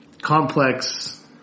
complex